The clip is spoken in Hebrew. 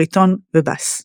בריטון ובס.